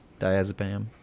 Diazepam